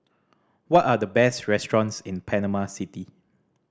what are the best restaurants in Panama City